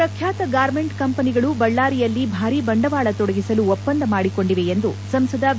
ನಾಲ್ಲು ಪ್ರಖ್ಯಾತ ಗಾರ್ಮೆಂಟ್ ಕಂಪನಿಗಳು ಬಳ್ಳಾರಿಯಲ್ಲಿ ಭಾರೀ ಬಂಡವಾಳ ತೊಡಗಿಸಲು ಒಪ್ಪಂದ ಮಾಡಿಕೊಂಡಿವೆ ಎಂದು ಸಂಸದ ವಿ